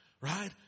right